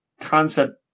concept